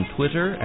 Twitter